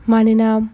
मानोना